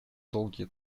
долгий